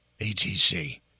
ATC